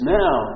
now